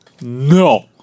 No